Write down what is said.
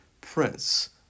prince